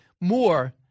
more